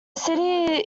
city